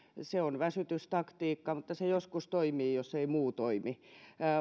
se on väsytystaktiikka mutta se joskus toimii jos ei muu toimi